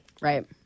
right